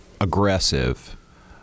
aggressive